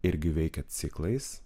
irgi veikia ciklais